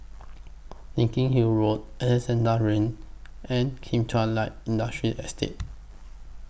Larkhill Road Alexandra Lane and Kim Chuan Light Industrial Estate